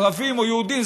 ערבים או יהודים,